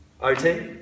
OT